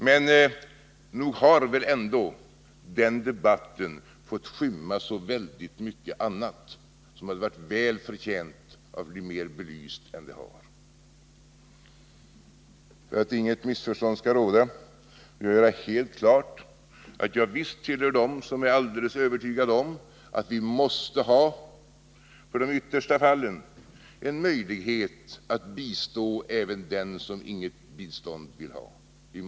Men nog har ändå den debatten fått skymma så väldigt mycket annat, som hade varit väl förtjänt av att bli mer belyst. För att inget missförstånd skall råda vill jag göra helt klart att jag visst tillhör dem som är alldeles övertygade om att man i nödfall måste ha en möjlighet att bistå även den som inget bistånd vill ha.